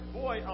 boy